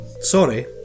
sorry